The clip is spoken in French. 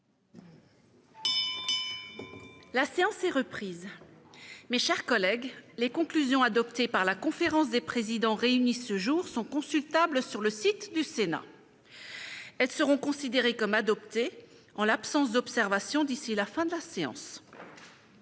La séance est reprise. Les conclusions adoptées par la conférence des présidents réunie ce jour sont consultables sur le site du Sénat. Elles seront considérées comme adoptées en l'absence d'observations d'ici à la fin de la séance.-